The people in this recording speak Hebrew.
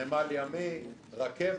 נמל ימי, רכבת.